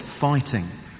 fighting